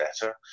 better